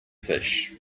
fish